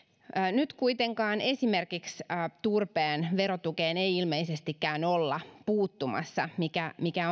nyt kuitenkaan esimerkiksi turpeen verotukeen ei ilmeisestikään olla puuttumassa mikä mikä